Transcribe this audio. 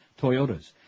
Toyotas